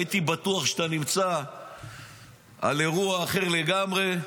הייתי בטוח שאתה נמצא על אירוע אחר לגמרי.